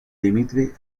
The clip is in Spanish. dmitri